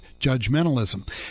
judgmentalism